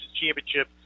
Championship